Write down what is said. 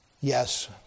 Yes